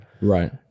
Right